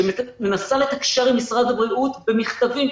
שמנסה לתקשר עם משרד הבריאות במכתבים,